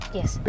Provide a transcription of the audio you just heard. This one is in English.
Yes